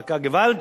היא צעקה: געוואלד,